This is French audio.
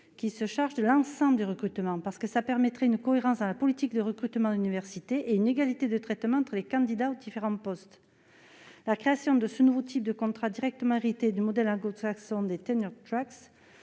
qui se chargent de l'ensemble des recrutements, de manière à garantir une cohérence dans la politique de recrutement à l'université et une égalité de traitement entre les candidats aux différents postes. La création de ce nouveau type de contrat, directement inspiré du modèle anglo-saxon des, suscite